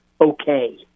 okay